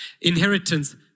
inheritance